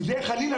זה חלילה,